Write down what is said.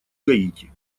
гаити